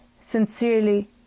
sincerely